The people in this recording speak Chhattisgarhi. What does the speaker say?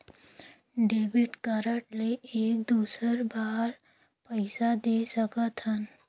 डेबिट कारड ले एक दुसर बार पइसा दे सकथन?